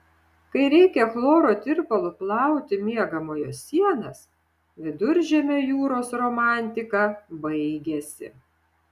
kai reikia chloro tirpalu plauti miegamojo sienas viduržemio jūros romantika baigiasi